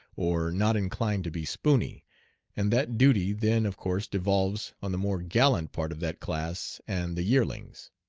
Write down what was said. or not inclined to be spooney and that duty then of course devolves on the more gallant part of that class and the yearlings.